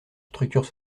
structures